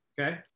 Okay